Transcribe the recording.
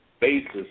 basis